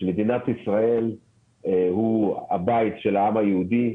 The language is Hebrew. שמדינת ישראל היא הבית של העם היהודי,